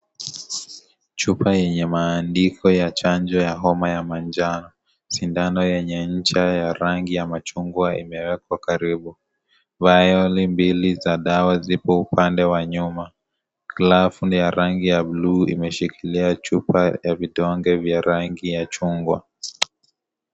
Chupa yenye maandiko ya chanjo ya homa ya manjano sindano yenye nja ya rangi ya machungwa imewekwa karibu, vayoli mbili za dawa ziko upande wa nyuma glavu ni rangi ya bluu imeshikilia chupa ya vidonge vya rangi ya chungwa.